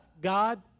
God